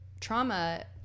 trauma